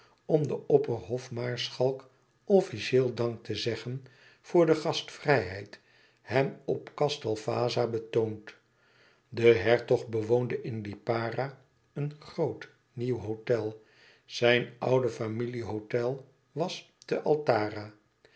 om den opperhofmaarschalk officieel dank te zeggen voor de gastvrijheid hem op castel vaza betoond de hertog bewoonde in lipara een groot nieuw hôtel zijn oud familie hôtel was te altara